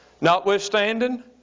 Notwithstanding